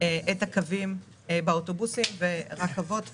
המדינה בקווי האוטובוסים, ברכבות וברק"לים.